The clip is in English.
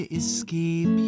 escape